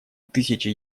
тысячи